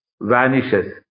vanishes